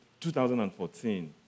2014